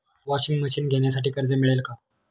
Washing machine घेण्यासाठी कर्ज मिळेल का?